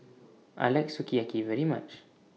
I like Sukiyaki very much